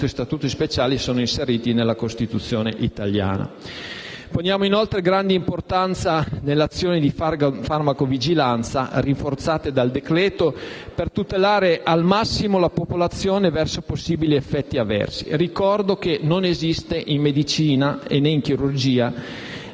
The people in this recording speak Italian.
Statuti speciali non sono inseriti nella Costituzione italiana. Poniamo inoltre grande importanza nelle azioni di farmacovigilanza rinforzate dal decreto-legge, per tutelare al massimo la popolazione verso possibili effetti avversi. Ricordo che non esiste in medicina e in chirurgia